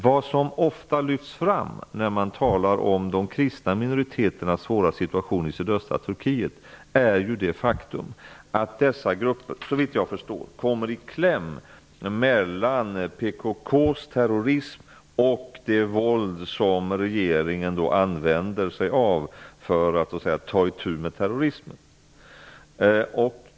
Vad som ofta lyfts fram när man talar om de kristna minoriteternas svåra situation i sydöstra Turkiet är det faktum att dessa grupper, såvitt jag förstår, kommer i kläm mellan PKK:s terrorism och det våld som regeringen använder sig av för att ta itu med terrorismen.